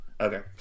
okay